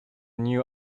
new